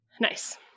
nice